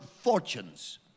fortunes